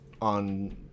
on